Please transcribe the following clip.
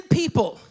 people